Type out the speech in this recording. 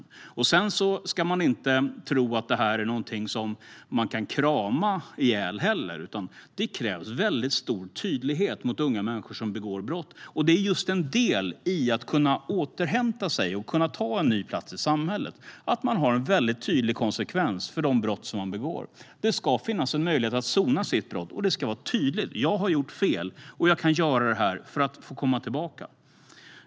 Sedan ska man inte tro att detta är någonting som man kan krama ihjäl, utan det krävs mycket stor tydlighet mot unga människor som begår brott. Det är just en del i att kunna återhämta sig och kunna ta en ny plats i samhället att det blir en mycket tydlig konsekvens av de brott som man begår. Det ska finnas en möjlighet att sona sitt brott, och det ska vara tydligt: Jag har gjort fel, och jag kan göra vissa saker för att få komma tillbaka.